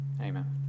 Amen